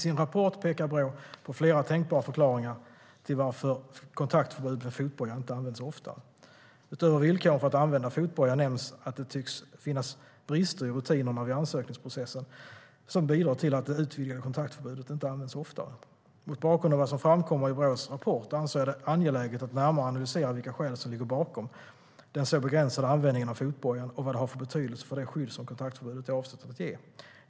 I sin rapport pekar Brå på flera tänkbara förklaringar till varför kontaktförbud med fotboja inte har använts oftare. Utöver villkoren för att använda fotboja nämns att det tycks finnas brister i rutinerna vid ansökningsprocessen som bidrar till att det utvidgade kontaktförbudet inte används oftare. Mot bakgrund av vad som framkommer i Brås rapport anser jag det vara angeläget att närmare analysera vilka skäl som ligger bakom den begränsade användningen av fotbojan och vad det har för betydelse för det skydd som kontaktförbudet är avsett att ge.